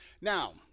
Now